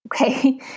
okay